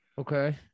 Okay